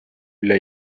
üle